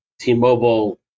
T-Mobile